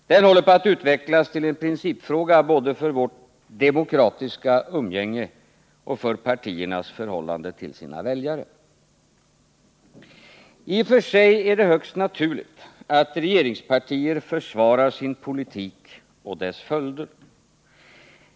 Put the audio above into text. Den håller på att utvecklas till en principfråga både för vårt demokratiska umgänge och för partiernas förhållande till sina väljare. I och för sig är det högst naturligt att regeringspartier försvarar sin politik och dess följder.